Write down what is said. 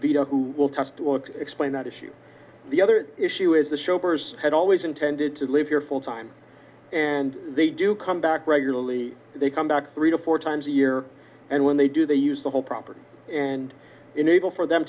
dog who will test will explain that issue the other issue is the shoppers had always intended to live here full time and they do come back regularly they come back three to four times a year and when they do they use the whole property and enable for them